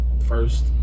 first